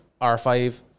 R5